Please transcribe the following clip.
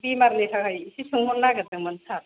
बेमारनि थाखाय एसे सोंहरनो नागिरदोंमोन सार